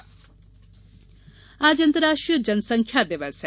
जनसंख्या दिवस आज अंतर्राष्ट्रीय जनसंख्या दिवस है